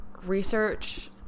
research